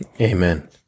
Amen